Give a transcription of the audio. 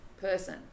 person